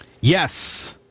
Yes